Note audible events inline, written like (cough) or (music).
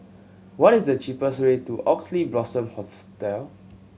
what is the cheapest way to Oxley Blossom (unintelligible)